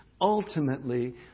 ultimately